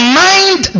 mind